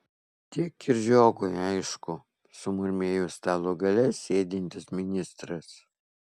tiek ir žiogui aišku sumurmėjo stalo gale sėdintis ministras